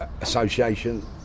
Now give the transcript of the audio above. association